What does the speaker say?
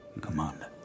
Commander